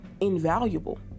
invaluable